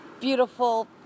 beautiful